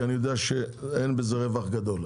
כי אני יודע שאין בזה רווח גדול,